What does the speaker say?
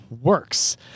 works